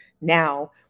now